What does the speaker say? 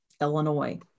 Illinois